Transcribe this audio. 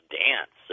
dance